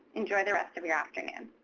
enjoy the rest of your afternoon.